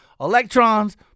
electrons